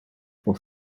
for